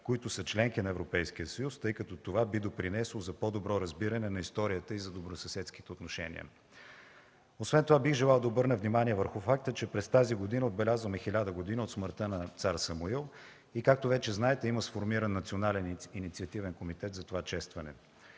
които са членки на Европейския съюз, тъй като това би допринесло за по-добро разбиране на историята и за добросъседските отношения”. Освен това бих желал да обърна внимание върху факта, че през тази година отбелязваме 1000 години от смъртта на цар Самуил и, както вече знаете, има сформиран Национален инициативен комитет за това честване.